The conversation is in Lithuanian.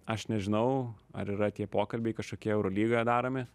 aš nežinau ar yra tie pokalbiai kažkokie eurolygoje daromi